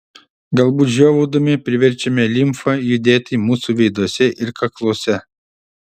galbūt žiovaudami priverčiame limfą judėti mūsų veiduose ir kakluose